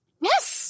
Yes